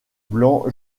blanc